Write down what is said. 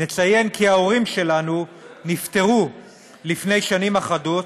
נציין כי ההורים שלנו נפטרו לפני שנים אחדות,